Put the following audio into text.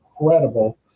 incredible